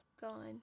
gone